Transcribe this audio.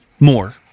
more